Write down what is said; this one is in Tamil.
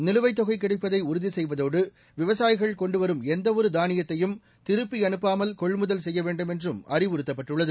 நிலுவைத் தொகை கிடைப்பதை உறுதி செய்வதோடு விவசாயிகள் கொண்டு வரும் எந்தவொரு தானியத்தையும் திருப்பி அனுப்பாமல் கொள்முதல் செய்ய வேண்டும் என்றும் அறிவுறுத்தப்பட்டுள்ளது